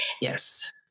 Yes